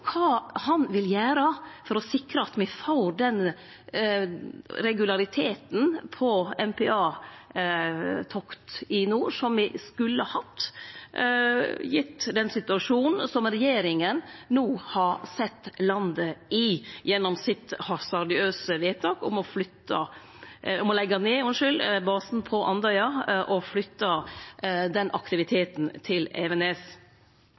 kva han vil gjere for å sikre at me får den regulariteten på MPA-tokt i nord som me skulle hatt, gitt den situasjonen som regjeringa no har sett landet i gjennom sitt hasardiøse vedtak om å leggje ned basen på Andøya og flytte den aktiviteten til Evenes.